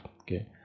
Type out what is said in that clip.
Okay